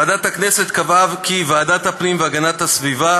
ועדת הכנסת קבעה כי ועדת הפנים והגנת הסביבה